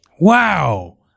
Wow